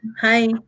hi